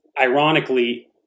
ironically